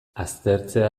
aztertzea